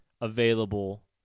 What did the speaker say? available